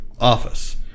office